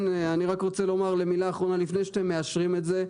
אני רק רוצה לומר מילה אחרונה לפני שאתם מאשרים את זה,